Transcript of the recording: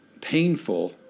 painful